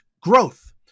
growth